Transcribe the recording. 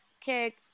kick